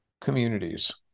communities